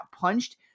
punched